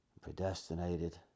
predestinated